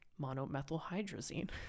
monomethylhydrazine